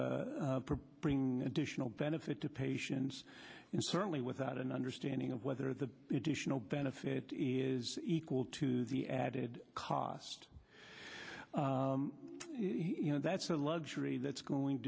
bringing additional benefit to patients and certainly without an understanding of whether the additional benefit is equal to the added cost you know that's a luxury that's going